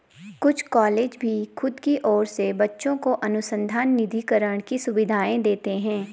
कुछ कॉलेज भी खुद की ओर से बच्चों को अनुसंधान निधिकरण की सुविधाएं देते हैं